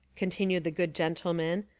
continued the good gentleman,